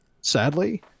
sadly